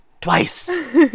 twice